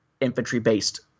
infantry-based